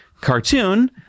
cartoon